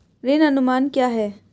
ऋण अनुमान क्या है?